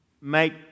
make